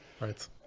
right